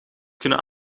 kunnen